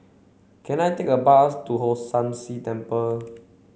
can I take a bus to Hong San See Temple